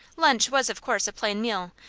lunch was, of course, a plain meal,